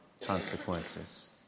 consequences